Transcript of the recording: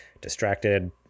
distracted